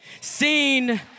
Seen